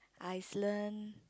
Iceland